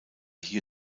hier